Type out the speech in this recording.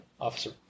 officer